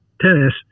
tennis